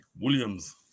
williams